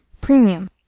premium